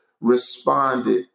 responded